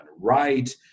right